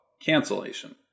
cancellation